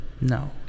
no